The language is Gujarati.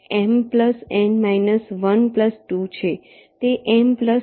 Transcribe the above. હવે તે M − N −1 M N −12 છે